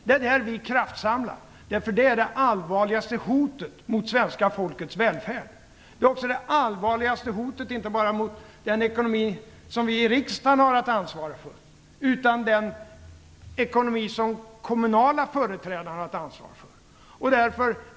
Det är där vi kraftsamlar, därför att arbetslösheten är det allvarligaste hotet mot svenska folkets välfärd och även det allvarligaste hotet inte bara mot den ekonomi som vi i riksdagen har att ansvara för utan också mot den ekonomi som kommunala företrädare har att ansvara för.